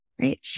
right